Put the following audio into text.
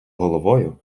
головою